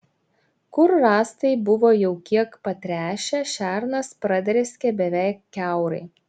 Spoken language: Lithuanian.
kur rąstai buvo jau kiek patręšę šernas pradrėskė beveik kiaurai